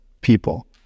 people